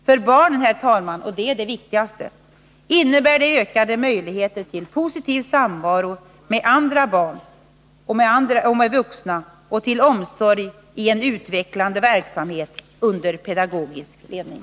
För barnen — och det är det viktigaste — innebär det ökade möjligheter till positiv samvaro med andra barn och vuxna och till omsorg i en utvecklande verksamhet under pedagogisk ledning.